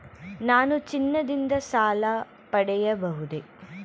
ನಾನು ಚಿನ್ನದಿಂದ ಸಾಲ ಪಡೆಯಬಹುದೇ?